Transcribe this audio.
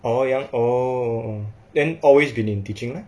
orh young oh then always been in teaching